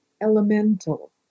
elemental